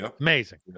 amazing